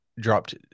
dropped